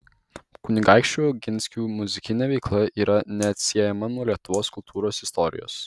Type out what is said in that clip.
kunigaikščių oginskių muzikinė veikla yra neatsiejama nuo lietuvos kultūros istorijos